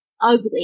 ugly